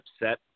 upset